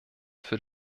für